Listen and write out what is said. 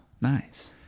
nice